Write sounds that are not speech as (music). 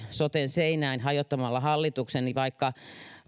(unintelligible) soten seinään hajottamalla hallituksen vaikka